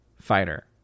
fighter